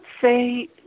say